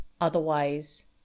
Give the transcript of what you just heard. otherwise